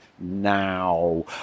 now